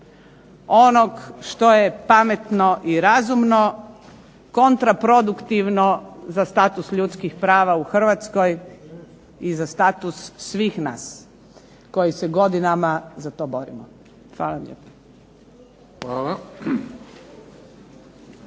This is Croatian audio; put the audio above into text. onog što je pametno i razumno, kontraproduktivno za status ljudskih prava u Hrvatskoj i za status svih nas koji se godinama za to borimo. Hvala lijepa.